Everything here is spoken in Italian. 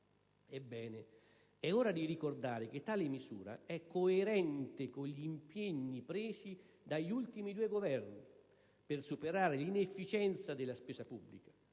Ebbene, è ora di ricordare che tale misura è coerente con gli impegni presi dagli ultimi due Governi per superare l'inefficienza della spesa pubblica.